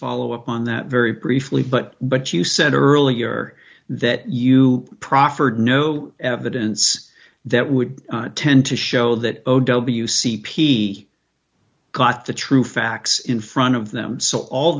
follow up on that very briefly but but you said earlier that you proffered no evidence that would tend to show that o w c p got the true facts in front of them so all